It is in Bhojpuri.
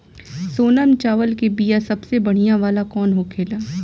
सोनम चावल के बीया सबसे बढ़िया वाला कौन होखेला?